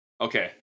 Okay